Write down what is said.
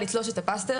לתלוש את הפלסטר.